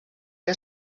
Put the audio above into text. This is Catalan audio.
que